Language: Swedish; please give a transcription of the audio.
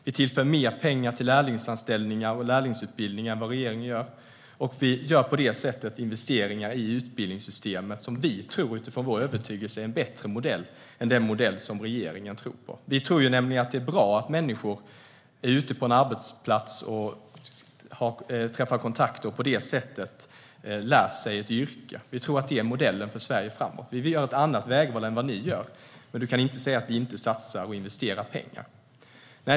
Vi tillför mer pengar till lärlingsanställningar och lärlingsutbildningar än vad regeringen gör. Vi gör på det sättet investeringar i utbildningssystemet som vi utifrån vår övertygelse tror är en bättre modell än den modell som regeringen tror på. Vi tror nämligen att det är bra att människor är ute på en arbetsplats, skaffar kontakter och på det sättet lär sig ett yrke. Vi tror att det är modellen för Sverige framåt. Vi gör ett annat vägval än vad ni gör. Men du kan inte säga att vi inte satsar och investerar pengar.